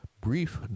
brief